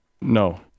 No